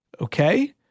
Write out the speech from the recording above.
okay